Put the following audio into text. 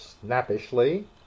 snappishly